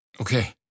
Okay